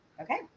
Okay